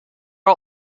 are